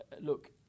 look